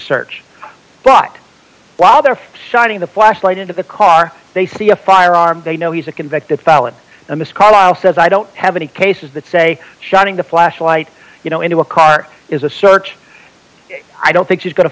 search but while they're shining the flashlight into the car they see a firearm they know he's a convicted felon a miss carlyle says i don't have any cases that say shining the flashlight you know into a car is a search i don't think she's going to